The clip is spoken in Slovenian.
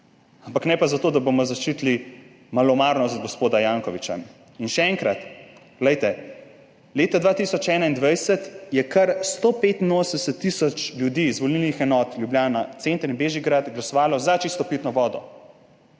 ampak ne pa zato, da bomo zaščitili malomarnost gospoda Jankovića. Še enkrat, glejte, leta 2021 je kar 185 tisoč ljudi iz volilnih enot Ljubljana Center in Bežigrad glasovalo za čisto pitno vodo